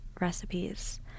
recipes